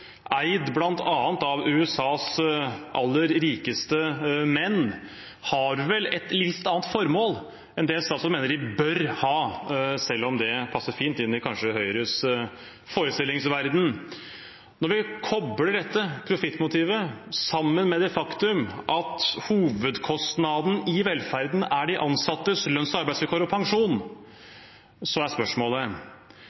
eid bl.a. av USAs aller rikeste menn, har vel et litt annet formål enn det statsråden mener at de bør ha, selv om det kanskje passer fint inn i Høyres forestillingsverden. Når vi kobler dette profittmotivet sammen med det faktum at hovedkostnaden i velferden er de ansattes lønns- og arbeidsvilkår og pensjon,